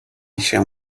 shall